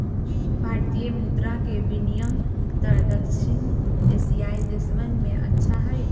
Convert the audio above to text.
भारतीय मुद्र के विनियम दर दक्षिण एशियाई देशवन में अच्छा हई